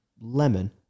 lemon